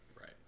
Right